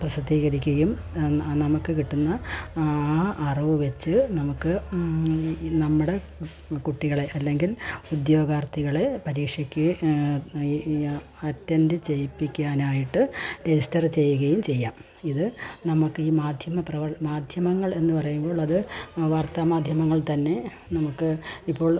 പ്രസിദ്ധികരിക്കുകയും നമുക്ക് കിട്ടുന്ന ആ ആ അറിവ് വച്ചു നമുക്ക് ഈ നമ്മടെ കുട്ടികളെ അല്ലെങ്കിൽ ഉദ്യോഗാർത്ഥികളെ പരീക്ഷയ്ക്ക് ഈ അറ്റെൻഡ് ചെയ്യിപ്പിക്കാനായിട്ട് രയിസ്റ്ററ് ചെയ്യുകയും ചെയ്യാം ഇത് നമുക്ക് ഈ മാധ്യമപ്രവർത്തകർ മാധ്യമങ്ങൾ എന്ന് പറയുമ്പോൾ അത് വാർത്താ മാധ്യമങ്ങൾ തന്നെ നമുക്ക് ഇപ്പോൾ